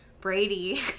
Brady